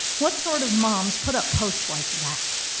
what sort of moms put up posts like that?